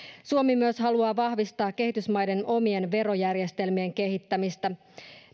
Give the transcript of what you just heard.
suomi myös haluaa vahvistaa kehitysmaiden omien verojärjestelmien kehittämistä